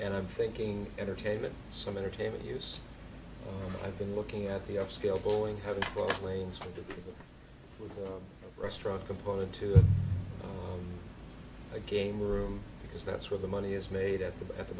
and i'm thinking entertainment some entertainment use that i've been looking at the upscale boeing planes for the restaurant component to the game room because that's where the money is made at the at the